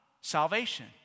Salvation